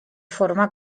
forma